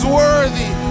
worthy